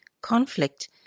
conflict